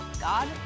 God